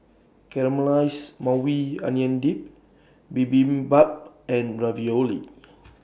Caramelized Maui Onion Dip Bibimbap and Ravioli